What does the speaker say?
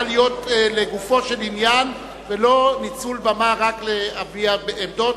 להיות לגופו של עניין ולא ניצול במה רק להביע עמדות,